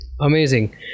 Amazing